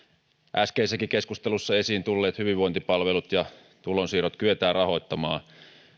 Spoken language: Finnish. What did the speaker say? äskeisessäkin keskustelussa esiin tulleet hyvinvointipalvelut ja tulonsiirrot kyetään rahoittamaan